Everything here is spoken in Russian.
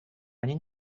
они